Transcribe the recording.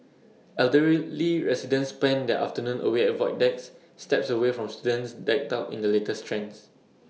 elder really residents spend their afternoon away at void decks steps away from students decked out in the latest trends